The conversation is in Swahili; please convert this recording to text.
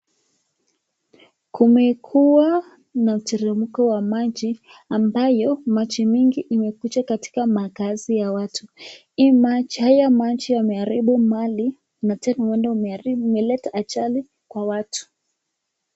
Kumekuwa na mteremko wa maji ambayo maji mingi imekuja katika makaazi ya watu. Haya maji yameharibu mali na tena bado yameleta ajali kwa watu.